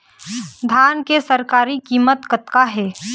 धान के सरकारी कीमत कतका हे?